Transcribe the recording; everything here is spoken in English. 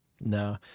No